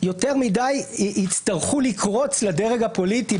יותר מדי יצטרכו לקרוץ לדרג הפוליטי,